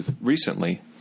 recently